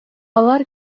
алар